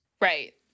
Right